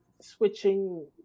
switching